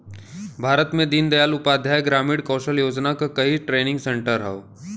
भारत में दीन दयाल उपाध्याय ग्रामीण कौशल योजना क कई ट्रेनिंग सेन्टर हौ